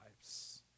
lives